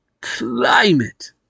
climate